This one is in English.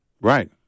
Right